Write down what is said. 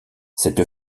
cette